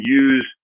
use